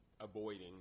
avoiding